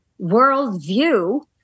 worldview